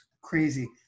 crazy